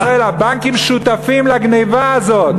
ופה, במדינת ישראל, הבנקים שותפים לגנבה הזאת.